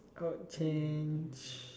I would change